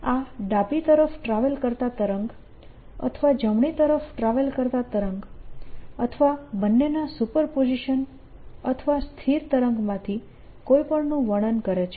આ ડાબી તરફ ટ્રાવેલ કરતા તરંગ અથવા જમણી તરફ ટ્રાવેલ કરતા તરંગ અથવા બંનેના સુપરપોઝીશન અથવા સ્થિર તરંગમાંથી કોઈ પણનું વર્ણન કરે છે